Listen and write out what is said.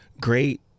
great